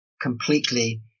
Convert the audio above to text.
completely